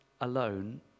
alone